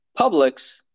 Publix